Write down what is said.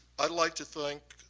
i'd like to thank